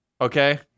Okay